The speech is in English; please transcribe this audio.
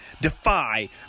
Defy